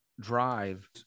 drive